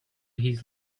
his